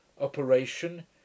operation